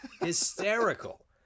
Hysterical